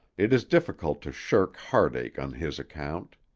it is difficult to shirk heartache on his account.